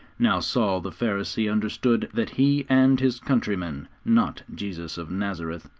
now saul the pharisee understood that he and his countrymen, not jesus of nazareth,